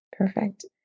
Perfect